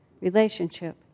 relationship